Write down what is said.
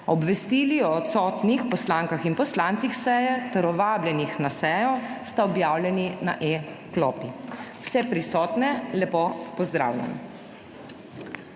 Obvestili o odsotnih poslankah in poslancih seje ter o vabljenih na sejo sta objavljeni na e-klopi. Vse prisotne lepo pozdravljam!